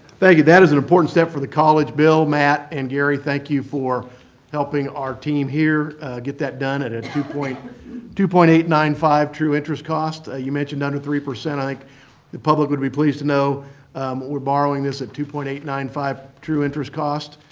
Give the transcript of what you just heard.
thank you. that is an important step for the college. bill, matt, and gary, thank you for helping our team here get that done at a two point two point eight nine five true interest cost. ah you mentioned under three. i think like the public would be pleased to know we're borrowing this at two point eight nine five true interest cost,